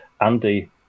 Andy